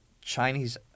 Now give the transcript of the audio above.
Chinese